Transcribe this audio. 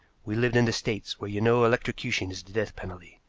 we lived in the states, where you know electrocution is the death penalty,